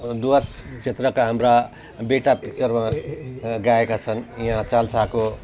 डुवर्स क्षेत्रका हाम्रा बेताब पिक्चरमा गाएका छन् यहाँ चाल्साको